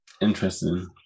interesting